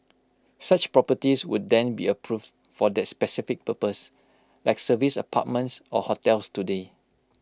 such properties would then be approved for that specific purpose like service apartments or hotels today